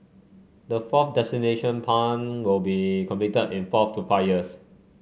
the fourth desalination plant will be completed in four to five years